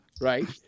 right